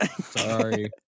sorry